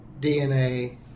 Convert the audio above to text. DNA